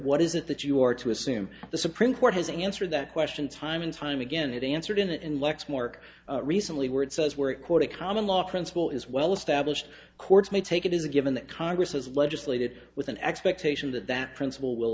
what is it that you are to assume the supreme court has answered that question time and time again it answered in it in lexmark recently where it says we're quoting common law principle is well established courts may take it as a given that congress has legislated with an expectation that that principle will